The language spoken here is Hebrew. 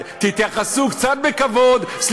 תתייחסו קצת בכבוד כבוד השר, זה לא נכון.